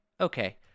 okay